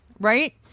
right